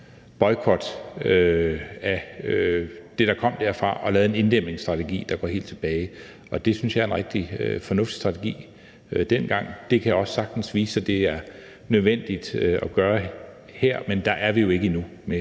boykot af det, der kom derfra, og vi lavede en inddæmningsstrategi, der gik langt tilbage. Det synes jeg var en rigtig fornuftig strategi dengang. Det kan også sagtens vise sig, at det er nødvendigt at gøre det her, men der er vi jo ikke endnu i